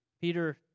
Peter